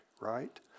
right